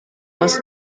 less